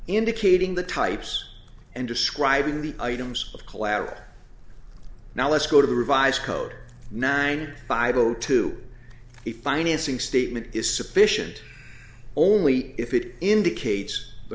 indicating the types and describing the items of collateral now let's go to the revised code nine by go to the financing statement is sufficient only if it indicates the